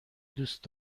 دوست